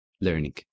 learning